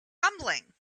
rumbling